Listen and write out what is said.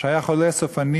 שהיה חולה סופני,